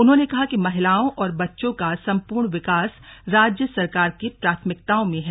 उन्होंने कहा कि महिलाओं और बच्चों का सम्पूर्ण विकास राज्य सरकार की प्राथमिकताओं में है